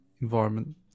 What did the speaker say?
environment